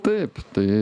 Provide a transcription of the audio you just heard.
taip tai